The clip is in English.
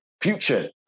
future